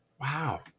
Wow